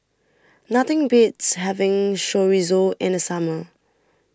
Nothing Beats having Chorizo in The Summer